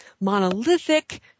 monolithic